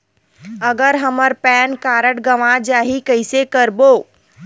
अगर हमर PAN card गवां जाही कइसे करबो?